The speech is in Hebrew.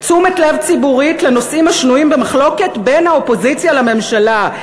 "תשומת לב ציבורית לנושאים השנויים במחלוקת בין האופוזיציה לממשלה"